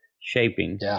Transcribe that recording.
shaping